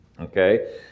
Okay